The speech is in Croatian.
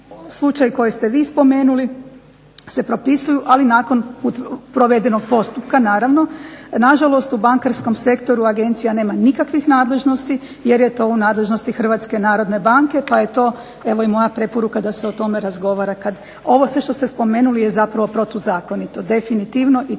slučaj koji ste vi spomenuli se propisuju, ali nakon provedenog postupka naravno. Nažalost u bankarskom sektoru agencija nema nikakvih nadležnosti jer je to u nadležnosti HNB-a pa je to evo i moja preporuka da se o tome razgovara kad, ovo sve što ste spomenuli je zapravo protuzakonito. Definitivno, i to